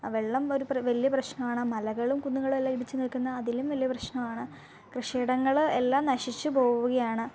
വെള്ളം ഒരു പ്രെ വലിയ പ്രശ്നമാണ് മലകളും കുന്നുകളുമെല്ലാം ഇടിച്ച് നീക്കുന്നത് അതിലും വലിയ പ്രശ്നമാണ് കൃഷി ഇടങ്ങൾ എല്ലാം നശിച്ച് പോവുകയാണ് അപ്പം